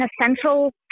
essential